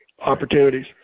opportunities